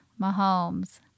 Mahomes